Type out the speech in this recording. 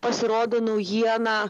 pasirodo naujiena